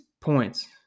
points